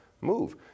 move